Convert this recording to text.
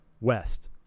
west